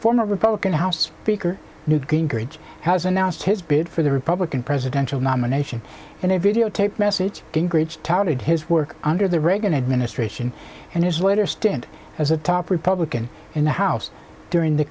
former republican house speaker newt gingrich has announced his bid for the republican presidential nomination in a videotaped message gingrich touted his work under the reagan administration and his later stint as a top republican in the house during the